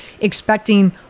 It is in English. expecting –